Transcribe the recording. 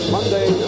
Monday